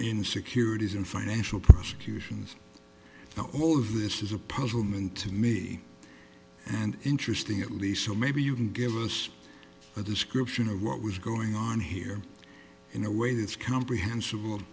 in securities and financial prosecutions the whole of this is a puzzlement to me and interesting at least so maybe you can give us a description of what was going on here in a way that's comprehensible